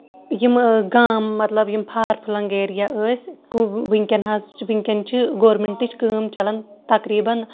یِم گام مطلب یِم فارفٔلنگ ایریا ٲسۍ وٕنکیٚن حظ چھِ وٕنکیٚن چھ گورمینٹٕچ کٲم چلان تَقریٖبن